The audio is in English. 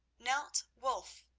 knelt wulf,